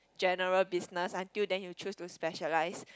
general business until then you choose to specialize